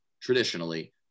traditionally